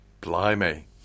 blimey